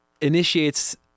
initiates